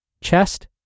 chest